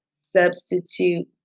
substitute